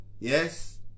Yes